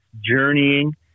journeying